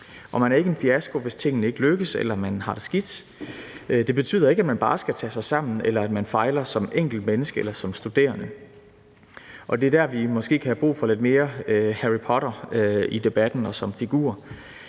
at man ikke er en fiasko, hvis tingene ikke lykkes eller man har det skidt. Det betyder ikke, at man bare skal tage sig sammen, eller at man fejler som enkelt menneske eller som studerende, og det er der, vi måske kan have brug for lidt mere Harry Potter i debatten og som figur.